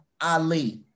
Ali